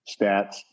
stats